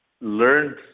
learned